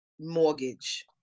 mortgage